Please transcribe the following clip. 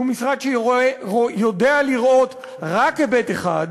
שהוא משרד שיודע לראות רק היבט אחד,